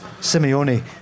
Simeone